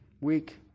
week